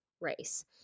race